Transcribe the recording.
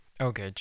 Okay